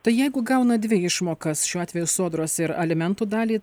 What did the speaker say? tai jeigu gauna dvi išmokas šiuo atveju sodros ir alimentų dalį